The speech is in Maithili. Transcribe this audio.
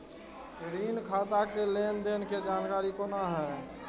ऋण खाता के लेन देन के जानकारी कोना हैं?